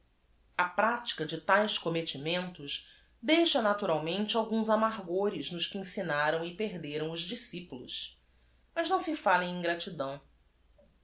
a de taes comrnetinientos deixa naturalmente alguns amargores nos que ensinaram e perderam os discipulos as não se fale em ingratidão